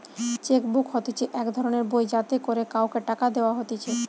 check book হতিছে এক ধরণের বই যাতে করে কাওকে টাকা দেওয়া হতিছে